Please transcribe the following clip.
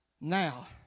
Now